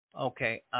Okay